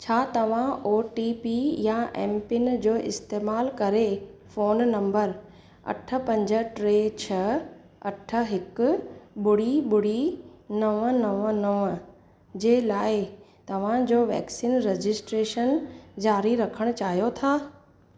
छा तव्हां O T P या एम पिन जो इस्तमाल करे फोन नंबर अठ पंज टे छह अठ हिक ॿुड़ी ॿुड़ी नव नव नव जे लाइ तव्हांजो वैक्सीन रजिस्ट्रेशन जारी रखण चाहियो था